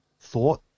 thought